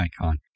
icon